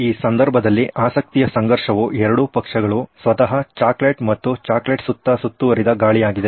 ಈ ಸಂದರ್ಭದಲ್ಲಿ ಆಸಕ್ತಿಯ ಸಂಘರ್ಷವು ಎರಡು ಪಕ್ಷಗಳು ಸ್ವತಃ ಚಾಕೊಲೇಟ್ ಮತ್ತು ಚಾಕೊಲೇಟ್ ಸುತ್ತ ಸುತ್ತುವರಿದ ಗಾಳಿಯಾಗಿದೆ